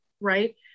right